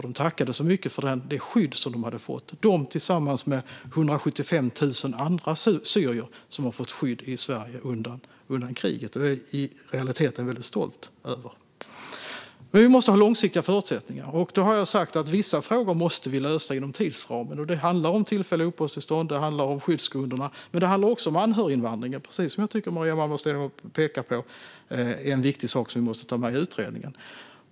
De tackade så mycket för det skydd de hade fått - tillsammans med 175 000 andra syrier som fått skydd i Sverige under kriget. Detta är jag i realiteten väldigt stolt över. Vi måste dock ha långsiktiga förutsättningar. Jag har sagt att vi måste lösa vissa frågor inom tidsramen. Det handlar om tillfälliga uppehållstillstånd och skyddsgrunder men också om anhöriginvandring. Det är, precis som Maria Malmer Stenergard pekar på, en viktig sak som vi måste ta med i utredningen.